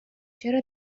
چرا